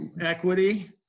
equity